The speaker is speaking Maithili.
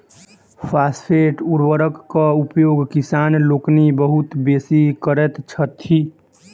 फास्फेट उर्वरकक उपयोग किसान लोकनि बहुत बेसी करैत छथि